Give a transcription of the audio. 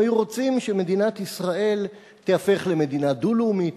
הם היו רוצים שמדינת ישראל תיהפך למדינה דו-לאומית,